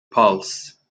pulse